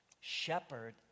shepherd